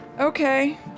Okay